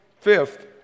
fifth